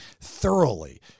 thoroughly